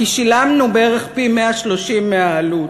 כי שילמנו בערך פי-130 מהעלות.